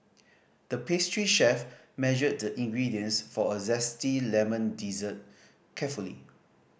the pastry chef measured the ingredients for a zesty lemon dessert carefully